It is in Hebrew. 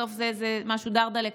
בסוף זה משהו דרדלה כזה,